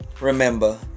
remember